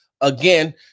again